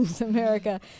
America